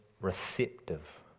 receptive